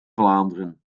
vlaanderen